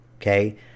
okay